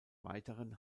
weiteren